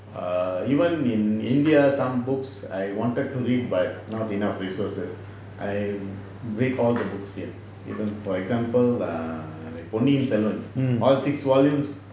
err even in india some books I wanted to read but not enough resources I read all the books here even for example err like ponniyin selvan all six volumes